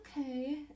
okay